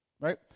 right